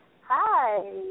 Hi